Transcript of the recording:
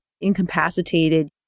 incapacitated